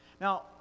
now